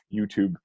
YouTube